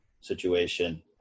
situation